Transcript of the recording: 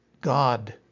God